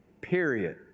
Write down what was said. period